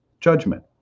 judgment